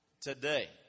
today